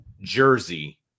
jersey